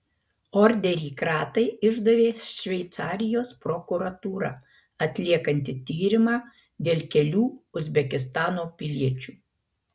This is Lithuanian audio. orderį kratai išdavė šveicarijos prokuratūra atliekanti tyrimą dėl kelių uzbekistano piliečių